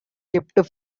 kept